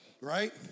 right